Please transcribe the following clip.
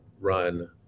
run